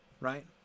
Right